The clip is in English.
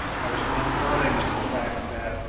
i was not blind to the fact that,